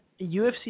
UFC